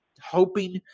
hoping